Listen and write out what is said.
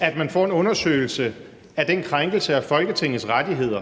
at man får en undersøgelse af den krænkelse af Folketingets rettigheder,